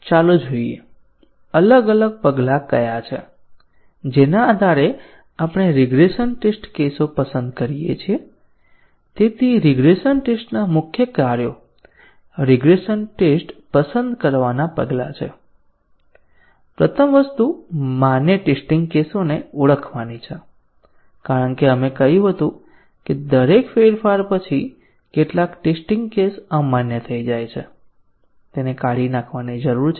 હવે ચાલો જોઈએ અલગ અલગ પગલાં કયા છે જેના દ્વારા આપણે રીગ્રેસન ટેસ્ટ કેસો પસંદ કરીએ છીએ રીગ્રેસન ટેસ્ટના મુખ્ય કાર્યો રિગ્રેસન ટેસ્ટ પસંદ કરવાના પગલાં છે પ્રથમ વસ્તુ માન્ય ટેસ્ટીંગ કેસોને ઓળખવાની છે કારણ કે આપણે કહ્યું હતું કે દરેક ફેરફાર પછી કેટલાક ટેસ્ટીંગ કેસ અમાન્ય થઈ જાય છે તેને કાઢી નાખવાની જરૂર છે